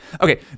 Okay